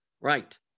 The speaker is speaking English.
right